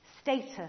status